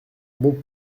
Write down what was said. bon